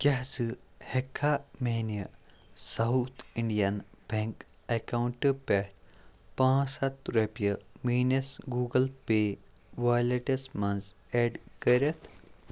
کیٛاہ ژٕ ہٮ۪کہٕ کھا میٛانہِ ساوُتھ اِنٛڈیَن بٮ۪نٛک اٮ۪کاوُنٛٹہٕ پٮ۪ٹھ پانٛژھ ہَتھ رۄپیہٕ میٛٲنِس گوٗگٕل پے والٮ۪ٹَس منٛز اٮ۪ڈ کٔرِتھ